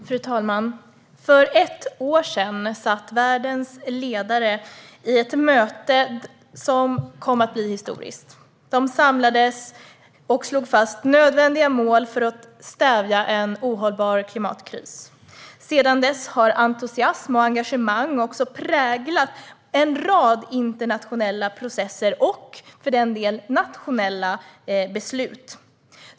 Fru talman! För ett år sedan satt världens ledare i ett möte som kom att bli historiskt. De samlades och slog fast nödvändiga mål för att stävja en ohållbar klimatkris. Sedan dess har entusiasm och engagemang också präglat en rad internationella processer och, för den delen, nationella beslut.